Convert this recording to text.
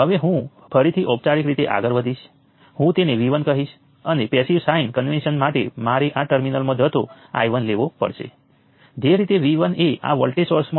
તેથી સામાન્ય રીતે જો તમારી પાસે n નોડ સર્કિટ હોય તો તમે N 1 નોડ્સને સમાવિષ્ટ સપાટીની કલ્પના કરો છો